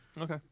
Okay